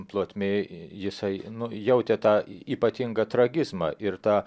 plotmėj jisai nujautė tą ypatingą tragizmą ir tą